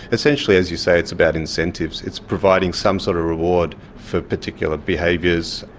essentially, as you say, it's about incentives, it's providing some sort of reward for particular behaviours,